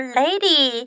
lady